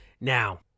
Now